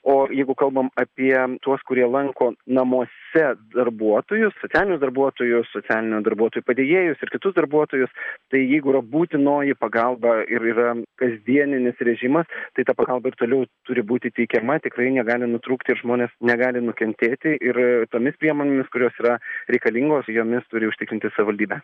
o jeigu kalbam apie tuos kurie lanko namuose darbuotojus socialinius darbuotojus socialinio darbuotojo padėjėjus ir kitus darbuotojus tai jeigu yra būtinoji pagalba ir yra kasdieninis režimas tai ta pagalba ir toliau turi būti teikiama tikrai negali nutrūkti ir žmonės negali nukentėti ir tomis priemonėmis kurios yra reikalingos jomis turi užtikrinti savivaldybė